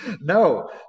No